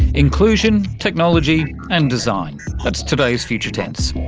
inclusion, technology and design, that's today's future tense,